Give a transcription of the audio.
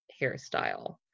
hairstyle